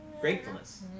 Gratefulness